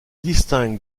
distingue